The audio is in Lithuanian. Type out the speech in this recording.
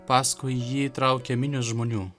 paskui jį traukia minios žmonių